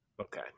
Okay